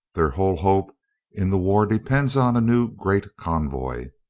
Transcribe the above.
their whole hope in the war depends on a new great convoy.